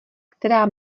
která